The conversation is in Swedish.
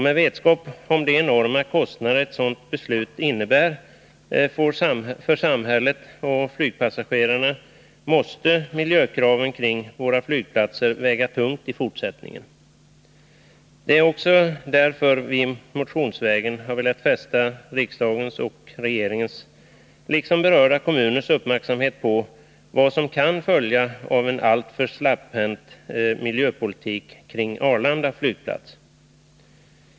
Med tanke på de enorma kostnader ett sådant beslut innebär för samhället och flygpassagerarna måste miljökraven kring våra flygplatser väga tungt i fortsättningen. Det är också därför vi motionsvägen har velat fästa riksdagens och regeringens liksom berörda kommuners uppmärksamhet på vad som kan följa av en alltför släpphänt miljöpolitik kring Arlanda flygplats.